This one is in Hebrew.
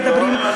מדברים,